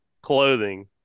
clothing